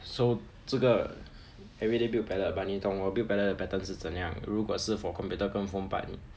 so 这个 everyday build pellet but 你懂我 build pellet the pattern 是怎样如果是 for computer 跟 phone part